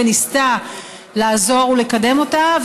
וניסתה לעזור ולקדם אותה,